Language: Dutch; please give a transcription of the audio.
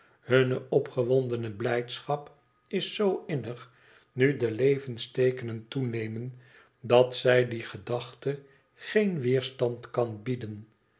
hunne opgewondene blijdschap is zoo innig nu de levensteekenen toenemen dat zij die gedachte geen weerstand kan bieden